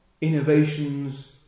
innovations